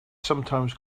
sometimes